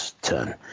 Ten